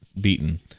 beaten